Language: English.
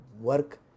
work